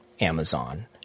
Amazon